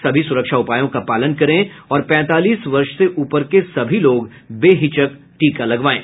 सभी सुरक्षा उपायों का पालन करें और पैंतालीस वर्ष से ऊपर के सभी लोग बेहिचक टीका लगवाएं